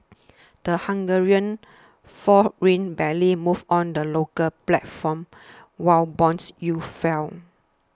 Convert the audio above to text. the Hungarian forint barely moved on the local platform while bond yields fell